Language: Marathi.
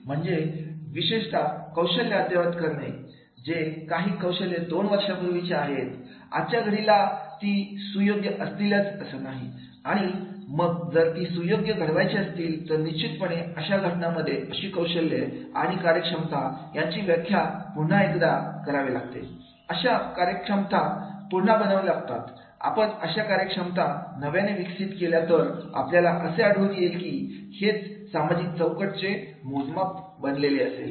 म्हणजे विशेषता कौशल्य अद्यावत करणे कारण जे काही कौशल्य दोन वर्षांपूर्वीचे आहेत आजच्या घडीला ती सु योग्य असतीलच असं नाही आणि मग जर ती सुयोग्य घडवायचे असतील तर निश्चितपणे अशा घटनांमध्ये अशी कौशल्ये आणि कार्यक्षमता याची व्याख्या पुन्हा एकदा करावे लागते अशा कार्यक्षमता पुन्हा बनवावे लागतात आपण अशा कार्यक्षमता नव्याने विकसित केल्या तर आपल्याला असे आढळून येईल कीहेच सामाजिक चौकटी चे मोजमाप बनलेले असेल